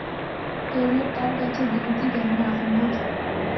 केरलोत ताड़ गाछेर गिनिती करना असम्भव छोक